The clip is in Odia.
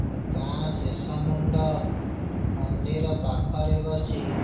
ଗାଁ ଶେଷ ମୁଣ୍ଡ ମନ୍ଦିର ପାଖରେ ବସି